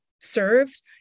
served